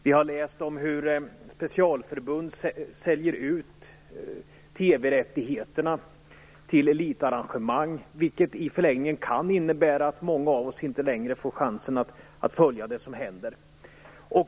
Vi har läst om hur specialförbund säljer ut TV rättigheterna till elitarrangemang, något som i förlängningen kan innebära att många av oss inte längre får chansen att följa det som händer.